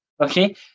Okay